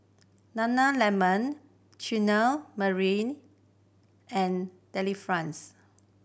Nana Lemon Chutney Mary and Delifrance